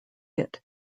hit